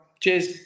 Cheers